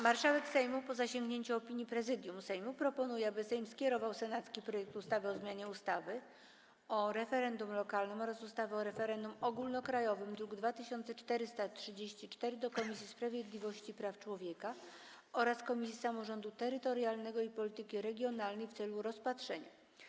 Marszałek Sejmu, po zasięgnięciu opinii Prezydium Sejmu, proponuje, aby Sejm skierował senacki projekt ustawy o zmianie ustawy o referendum lokalnym oraz ustawy o referendum ogólnokrajowym, druk nr 2434, do Komisji Sprawiedliwości i Praw Człowieka oraz Komisji Samorządu Terytorialnego i Polityki Regionalnej w celu rozpatrzenia.